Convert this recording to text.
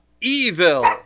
Evil